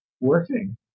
working